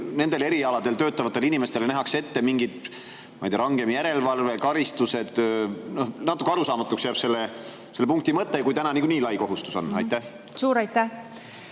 nendel erialadel töötavatele inimestele nähakse ette mingi, ma ei tea, rangem järelevalve, mingid karistused? Natuke arusaamatuks jääb selle punkti mõte, kui täna nagunii lai kohustus on. Aitäh, härra